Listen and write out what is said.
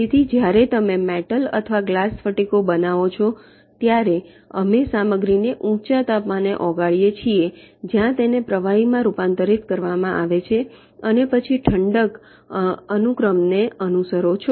તેથી જ્યારે તમે મેટલ અથવા ગ્લાસ સ્ફટિકો બનાવો છો ત્યારે અમે સામગ્રીને ઊંચા તાપમાને ઓગાળીએ છીએ જ્યાં તેને પ્રવાહીમાં રૂપાંતરિત કરવામાં આવે છે અને પછી તમે ઠંડક અનુક્રમને અનુસરો છો